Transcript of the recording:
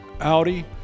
Audi